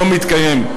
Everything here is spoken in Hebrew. לא מתקיים.